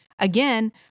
Again